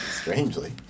Strangely